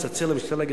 לצלצל למשטרה,